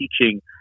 teaching